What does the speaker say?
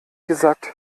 gesagt